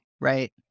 Right